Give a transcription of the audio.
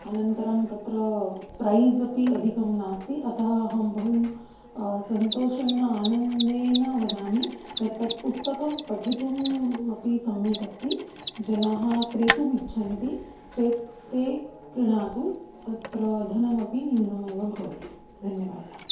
अनन्तरं तत्र प्रैज़् अपि अधिकं नास्ति अतः अहं बहु सन्तोषेण आनन्देन वदामि यत् तत् पुस्तकं पठितुम् अपि सम्यक् अस्ति जनाः क्रेतुम् इच्छन्ति चेत् ते क्रीणातु तत्र धनमपि न्यूनमेव भवति धन्यवादाः